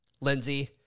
Lindsey